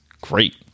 great